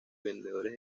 vendedores